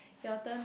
your turn